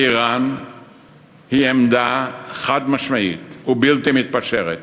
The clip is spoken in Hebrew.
איראן היא עמדה חד-משמעית ובלתי מתפשרת,